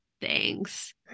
thanks